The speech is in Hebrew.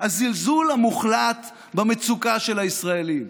הזלזול המוחלט במצוקה של הישראלים.